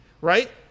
right